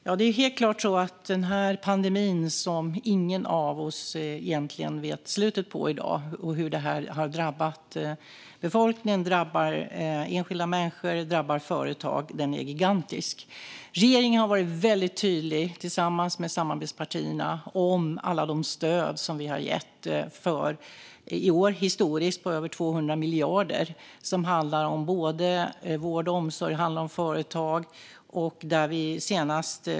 Fru talman! Det är helt klart så att denna pandemi är gigantisk, och ingen av oss vet egentligen i dag vad slutet på den blir eller hur den drabbar befolkningen, enskilda människor och företag. Regeringen har, tillsammans med samarbetspartierna, varit väldigt tydlig om alla de stöd som vi har gett. I år uppgår stöden till över 200 miljarder, vilket är historiskt mycket. Stöden handlar både om vård och omsorg och om företag.